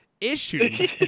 issues